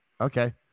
okay